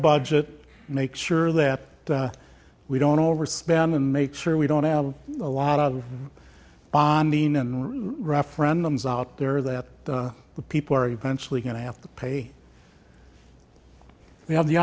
budget make sure that we don't overspend and make sure we don't have a lot of bonding and referendums out there that the people are eventually going to have to pay we have the